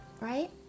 right